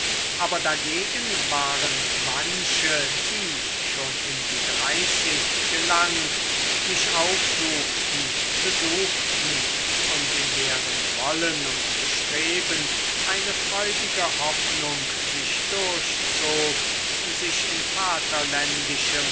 aber dagegen waren manche die schon in die dreißig gelangt mich aufsuchten besuchten und in deren wollen und bestreben eine freudige hoffnung sich durchzog sich in